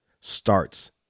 starts